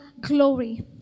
glory